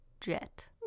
Jet